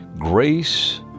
Grace